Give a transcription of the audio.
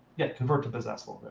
yeah, convert to possessable.